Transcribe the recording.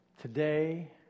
today